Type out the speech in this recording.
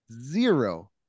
zero